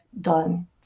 done